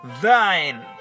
thine